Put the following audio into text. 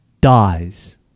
dies